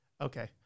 Okay